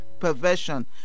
Perversion